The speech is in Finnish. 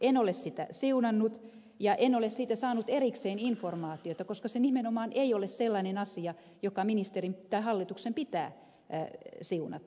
en ole sitä siunannut ja en ole siitä saanut erikseen informaatiota koska se nimenomaan ei ole sellainen asia joka ministerin tai hallituksen pitää siunata